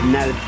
Now